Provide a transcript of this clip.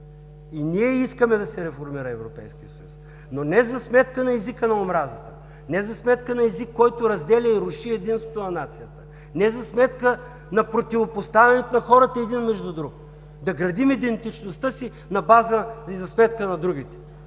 И ние искаме да се реформира Европейският съюз, но не за сметка на езика на омразата, не за сметка на език, който разделя и руши единството на нацията, не за сметка на противопоставянето на хората един на друг, да градим идентичността си на база и за сметка на другите.